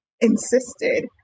insisted